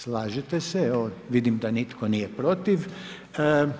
Slažete se, evo vidim da nitko nije protiv.